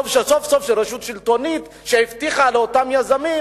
טוב שסוף-סוף רשות שלטונית שהבטיחה לאותם יזמים,